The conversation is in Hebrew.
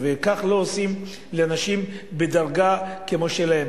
וכך לא עושים לאנשים בדרגה כמו שלהם.